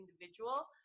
individual